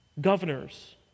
governors